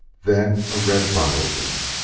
then a red bud opened.